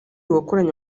wakoranye